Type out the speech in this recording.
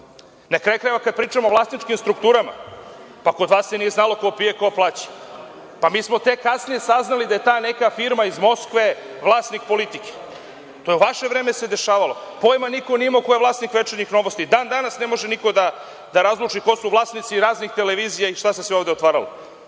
kraju krajeva, kad pričamo o vlasničkim strukturama, pa kod vas se nije znalo ko pije, a ko plaća. Mi smo tek kasnije saznali da je ta neka firma iz Moskve vlasnik „Politike“. To se u vaše vreme dešavalo. Pojma niko nije imao ko je vlasnik „Večernjih novosti“, ni dan danas ne može niko da razluči ko su vlasnici raznih televizija i šta se sve ovde otvralo.